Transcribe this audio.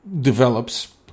develops